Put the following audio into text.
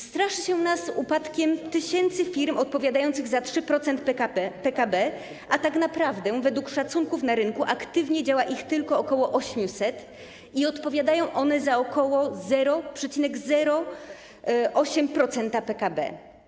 Straszy się upadkiem tysięcy firm odpowiadających za 3% PKB, a tak naprawdę według szacunków na rynku aktywnie działa ich tylko ok. 800 i odpowiadają one za ok. 0,08% PKB.